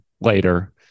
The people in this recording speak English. later